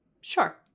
Sure